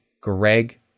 Greg